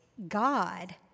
God